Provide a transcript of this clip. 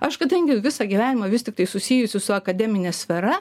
aš kadangi visą gyvenimą vis tiktai susijusi su akademine sfera